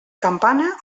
campana